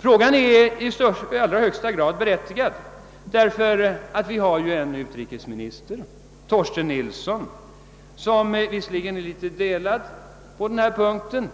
Frågan är i allra högsta grad berättigad därför att vi har en utrikesminister Torsten Nilsson som är litet delad på den här punkten.